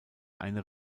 eine